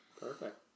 Perfect